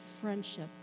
friendship